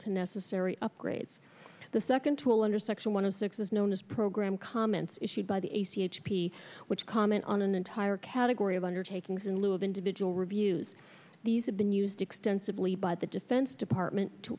to necessary upgrades the second tool under section one of six is known as program comments issued by the a c h p which comment on an entire category of undertakings in lieu of individual reviews these have been used extensively by the defense department to